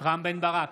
רם בן ברק,